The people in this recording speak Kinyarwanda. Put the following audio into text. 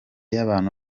y’abantu